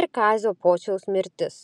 ir kazio pociaus mirtis